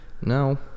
No